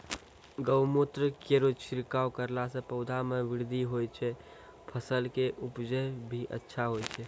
गौमूत्र केरो छिड़काव करला से पौधा मे बृद्धि होय छै फसल के उपजे भी अच्छा होय छै?